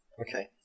Okay